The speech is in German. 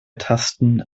tasten